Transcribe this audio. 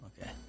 Okay